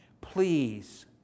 please